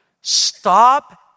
Stop